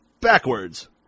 backwards